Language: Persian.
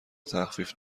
تخفیف